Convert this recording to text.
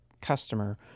customer